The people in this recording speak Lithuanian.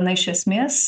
na iš esmės